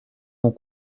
mon